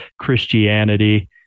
Christianity